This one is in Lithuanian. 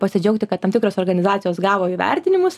pasidžiaugti kad tam tikros organizacijos gavo įvertinimus